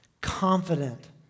confident